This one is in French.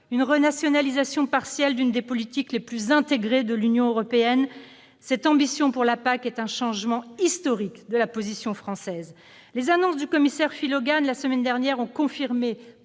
Une renationalisation partielle d'une des politiques les plus intégrées de l'Union européenne ? Cette ambition pour la PAC est un changement historique de la position française. Les annonces du commissaire Phil Hogan, la semaine dernière, ont confirmé